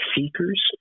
seekers